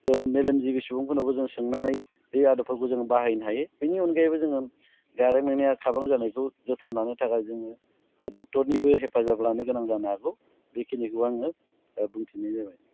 मेलेमजिबि सुबुंफोरनावबो जोङो सोंनानै बे आदबफोरखौ जोङो बाहायनो हायो बेनि अनगायैबो जोङो गारां मेंनाय आरो खाब्रां जानायखौ जोथोन लानो थाखाय जोङो डक्ट'रनिबो हेफाजाब लानो गोनां जानो हागौ बेखिनिखौ आङो बुंथिनाय जाबाय